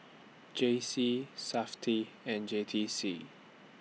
J C Safti and J T C